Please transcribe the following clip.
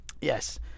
Yes